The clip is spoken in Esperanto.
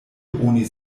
oni